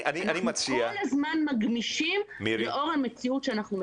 אנחנו כל הזמן מגמישים לאור המציאות.